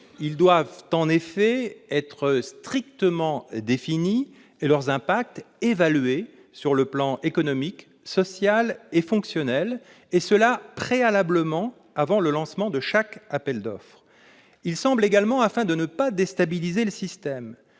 Ils doivent en effet être strictement définis et leurs impacts évalués sur le plan économique, social et fonctionnel, et ce préalablement au lancement de chaque appel d'offres. Il semble également, afin de ne pas déstabiliser le système,